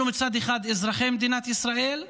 אנחנו מצד אחד אזרחי מדינת ישראל,